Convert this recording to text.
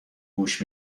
گوش